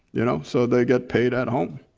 you know so they get paid at home.